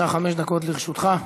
אדוני, חמש דקות לרשותך.